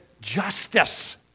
justice